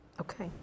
Okay